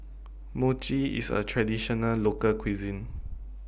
Mochi IS A Traditional Local Cuisine